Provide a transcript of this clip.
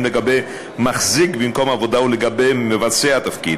לגבי מחזיק במקום עבודה ולגבי מבצעי התפקיד,